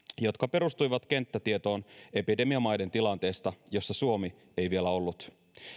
jotka perustuivat kenttätietoon epidemiamaiden tilanteesta jossa suomi ei vielä ollut